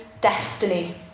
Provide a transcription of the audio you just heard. destiny